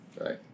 Right